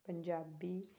Punjabi